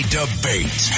debate